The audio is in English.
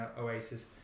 Oasis